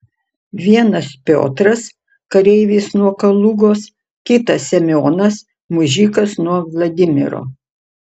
vienas piotras kareivis nuo kalugos kitas semionas mužikas nuo vladimiro